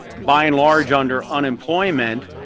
by and large, under unemployment.